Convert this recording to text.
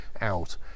out